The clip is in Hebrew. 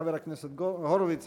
חבר הכנסת הורוביץ,